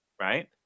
right